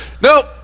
nope